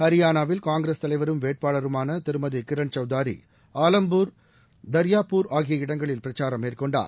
ஹரியானாவில் காங்கிரஸ் தலைவரும் வேட்பாளருமான திருமதி கிரண் சவுதாரி ஆலம்பூர் தாரியாயூர் ஆகிய இடங்களில் பிரச்சாரம் மேற்கொண்டார்